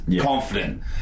confident